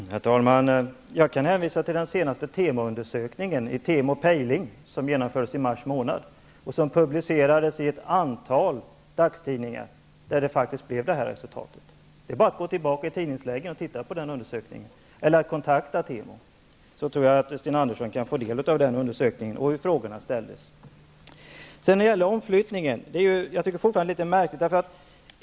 Fru talman! Jag kan hänvisa till den senaste Temoundersökningen i Temo pejling som genomfördes i mars månad och publicerades i ett antal dagstidningar. Den undersökningen gav det resultat jag nämnde. Det är bara att gå tillbaka i tidningsläggen och titta på den undersökningen eller kontakta Temo. Sten Andersson kan säkert få del av den undersökningen och se hur frågorna ställdes. När det gäller omflyttningen tycker jag fortfarande det är litet märkligt.